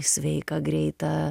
sveiką greitą